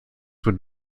would